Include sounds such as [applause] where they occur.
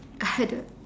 [laughs] I don't